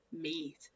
meat